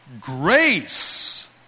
Grace